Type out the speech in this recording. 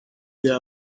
their